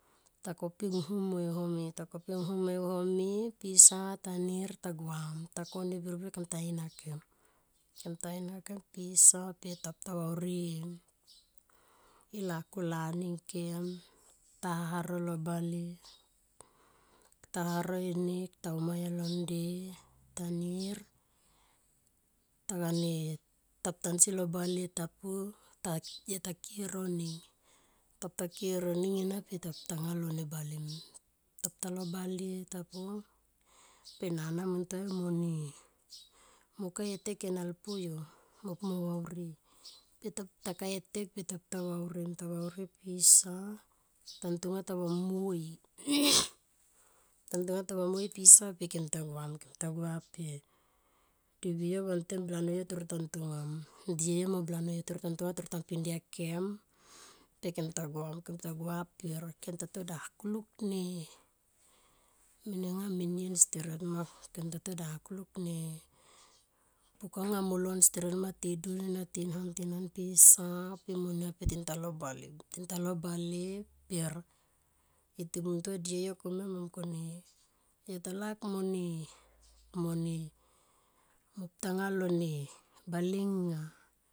Ta kopi ng hum mo e takapie nahumme home tokopi nghumme home pisa tanir ta guam. Ta kani birbir kem ta in hakem. Kem ta in nakem pisa pe yo pu ta vauri e lakula ni ngkem ta hahano lo bale, ta haro enek ta umai lo nde ta nir taga ne lakap tansi lo bale tapu ta ki e roning. ta puta kie roning ena pe tapu talo bale tapu pe rana munta yo monie ka e teke nal pu yo mo pu mo vauri i pe ta ka e tek pe ta pu ta vauni i vauri pisa tantanga ta va muo i tan tonga ta va mua i pisa kem ta guam kem ta gua pe devi yo vantem blano yo toro ntatongam die yo mo bla no yo toro ta ntungu toro ta pindia kem. pe kam tagua pe kem pe ta suan kem ta guam. kem ta gua per da kulik ne mene nga menie steret ma kem ta to dakulik ne pukanga molon steret ma ti dun ena tin han tin han pisa petintab balem talo ball per i ti muntua e die yo koma ma mung kone yo ta laik mone mone tanga lo ne bale ngan